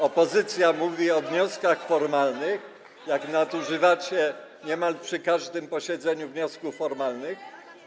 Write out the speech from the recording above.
Opozycja mówi o wnioskach formalnych, jak nadużywacie niemal przy każdym posiedzeniu wniosków formalnych?